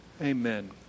amen